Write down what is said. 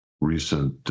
recent